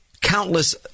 Countless